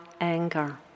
anger